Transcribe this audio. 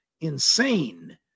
insane